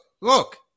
Look